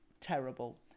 terrible